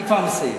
אני כבר מסיים.